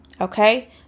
Okay